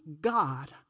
God